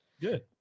Good